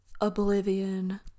Oblivion